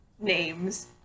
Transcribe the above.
names